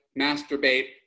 masturbate